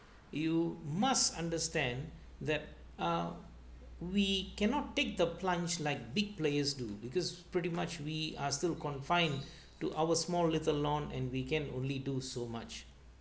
you must understand that uh we cannot take the plunge like big players do because pretty much we are still confined to our small little lawn and we can only do so much